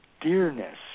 dearness